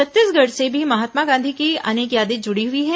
छत्तीसगढ़ से भी महात्मा गांधी की अनेक यादें जुड़ी हुई हैं